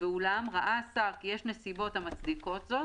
ואולם ראה השר כי יש נסיבות המצדיקות זאת,